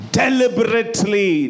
deliberately